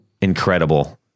Incredible